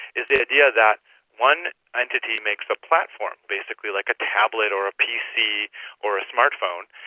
is the idea that one entity makes a platform, basically like a tablet or a pc or a smart phone,